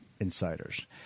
insiders